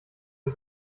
wie